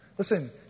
Listen